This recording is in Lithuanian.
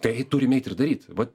tai turime eiti ir daryti vat